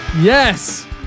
Yes